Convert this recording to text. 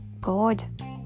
God